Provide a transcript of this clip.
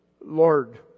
Lord